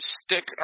stick